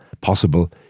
possible